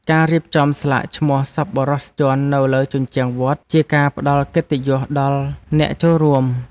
ការរៀបចំស្លាកឈ្មោះសប្បុរសជននៅលើជញ្ជាំងវត្ត ជាការផ្តល់កិត្តិយសដល់អ្នកចូលរួម។